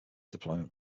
deployment